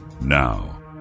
Now